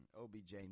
obj